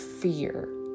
fear